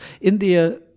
India